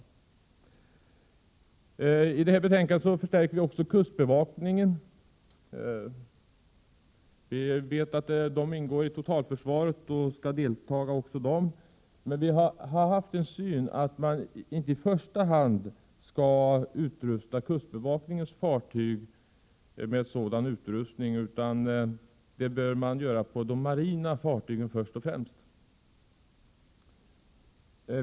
Förslagen i betänkandet innebär också att kustbevakningen förstärks. Även om vi är medvetna om att kustbevakningen ingår i totalförsvaret och även skall delta i ubåtsskyddet, anser vi att dess fartyg inte i första hand skall utrustas för ubåtsjakt utan att sådana satsningar först och främst bör göras på de marina fartygen.